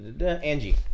Angie